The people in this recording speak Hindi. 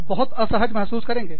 आप बहुत असहज महसूस करेंगे